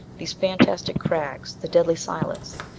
these fantastic crags. the deadly silence.